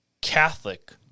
Catholic